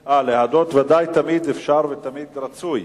תמיד אפשר ותמיד רצוי.